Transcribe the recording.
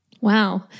Wow